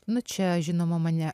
nu čia žinoma mane